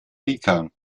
rica